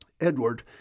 Edward